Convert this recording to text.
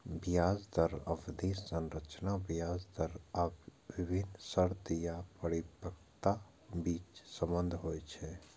ब्याज दरक अवधि संरचना ब्याज दर आ विभिन्न शर्त या परिपक्वताक बीचक संबंध होइ छै